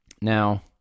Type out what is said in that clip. Now